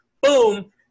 Boom